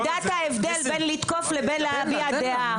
תדע את ההבדל בין לתקוף לבין להביע דעה.